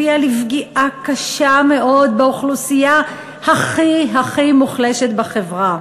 היא הביאה לפגיעה קשה מאוד באוכלוסייה הכי הכי מוחלשת בחברה.